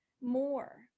more